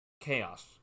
chaos